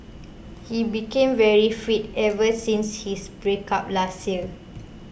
he became very fit ever since his breakup last year